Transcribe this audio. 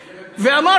הוא היה מתמחה שלה.